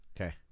Okay